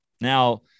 Now